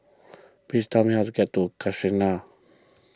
please tell me how to get to Casuarina